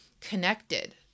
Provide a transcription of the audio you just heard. connected